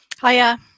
Hiya